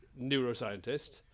neuroscientist